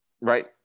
right